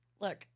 Look